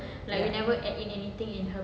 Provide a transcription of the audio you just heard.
ya